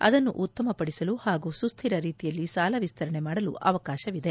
ಅದನ್ನು ಉತ್ತಮಪಡಿಸಿಕೊಳ್ಳಲು ಹಾಗೂ ಸುಸ್ತಿರ ರೀತಿಯಲ್ಲಿ ಸಾಲ ವಿಸ್ತರಣೆ ಮಾಡಲು ಅವಕಾಶವಿದೆ